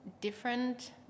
different